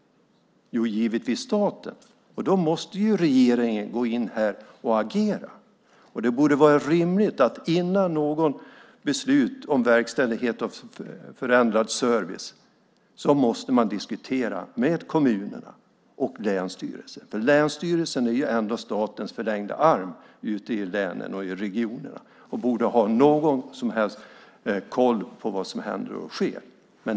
Givetvis staten, och därför måste regeringen gå in här och agera. Det borde vara rimligt att man innan man fattar beslut om verkställighet av förändrad service måste diskutera med kommunerna och länsstyrelsen. Länsstyrelsen är ändå statens förlängda arm ute i länen och regionerna och borde ha koll på vad som händer och sker.